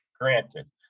granted